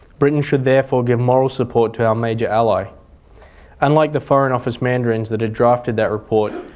britain should therefore give moral support to our major ally unlike the foreign office mandarins that had drafted that report,